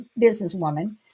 businesswoman